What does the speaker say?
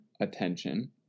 attention